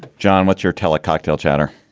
john, what's your tell? a cocktail chatter,